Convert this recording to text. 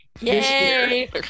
Yay